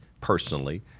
personally